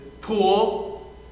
pool